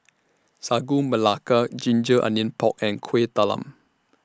Sagu Melaka Ginger Onions Pork and Kueh Talam